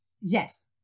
Yes